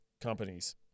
companies